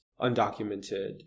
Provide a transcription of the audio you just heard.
undocumented